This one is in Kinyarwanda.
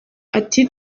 ati